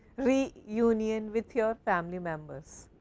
reunion with your family members,